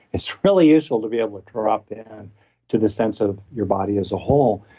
it's really useful to be able to drop in to the sense of your body as a whole.